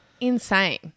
insane